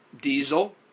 Diesel